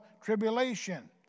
tribulation